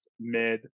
mid